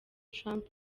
trump